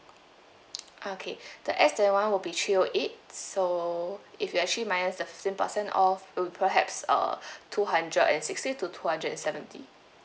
okay the S twenty will be three O eight so if you actually minus the fifteen percent off it would perhaps uh two hundred and sixty to two hundred and seventy